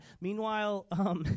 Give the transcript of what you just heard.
Meanwhile